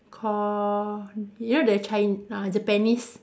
co~ you know the Chi~ uh Japanese